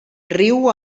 riu